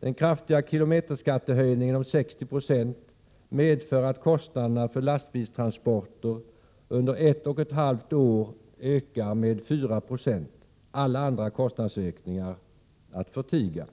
Den kraftiga kilometerskattehöjningen om 60 26 medför att kostnaderna för lastbilstransporter under ett och ett halvt år ökar med 4 96, alla andra kostnadsökningar att förtiga.